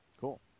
Cool